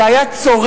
זה היה צורב,